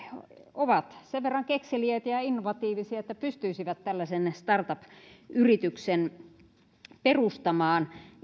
ovat sen verran kekseliäitä ja innovatiivisia että pystyisivät tällaisen startup yrityksen perustamaan